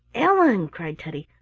ellen! cried teddy,